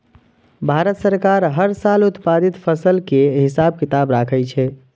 भारत सरकार हर साल उत्पादित फसल केर हिसाब किताब राखै छै